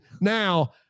now